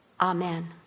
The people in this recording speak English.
Amen